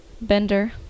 bender